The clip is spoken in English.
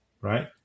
right